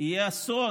יהיה אסון